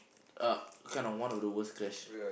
uh kind of one of the worst crash